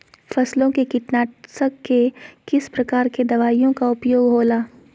फसलों के कीटनाशक के किस प्रकार के दवाइयों का उपयोग हो ला?